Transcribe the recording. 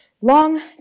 long